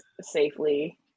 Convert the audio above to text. safely